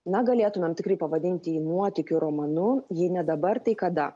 na galėtumėm tikrai pavadinti jį nuotykių romanu jei ne dabar tai kada